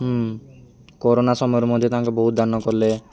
ହଁ କରୋନା ସମୟରେ ମଧ୍ୟ ତାଙ୍କେ ବହୁତ ଦାନ କଲେ